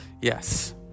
yes